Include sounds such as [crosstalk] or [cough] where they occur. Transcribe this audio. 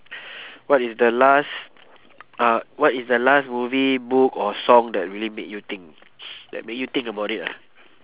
what is the last uh what is the last movie book or song that really make you think [noise] that make you think about it lah